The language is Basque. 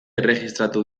erregistratu